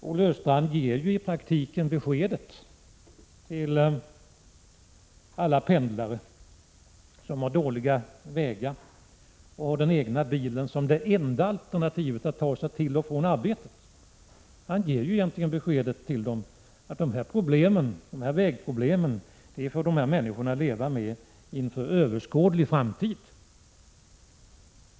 Olle Östrand ger i praktiken alla pendlare som har dåliga vägar och den egna bilen som det enda alternativet att ta sig till och från arbetet beskedet att de får leva med dessa vägproblem under överskådlig tid.